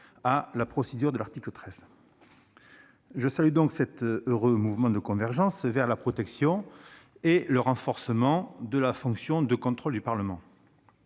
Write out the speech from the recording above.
à la procédure de l'article 13 de la Constitution. Je salue cet heureux mouvement de convergence vers la protection et le renforcement de la fonction de contrôle du Parlement.